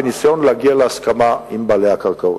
בניסיון להגיע להסכמה עם בעלי הקרקעות.